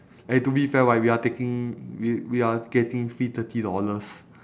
and to be fair right we are taking we we are getting free thirty dollars